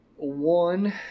One